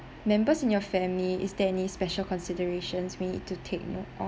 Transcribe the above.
members in your family is there any special considerations me to take note